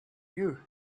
you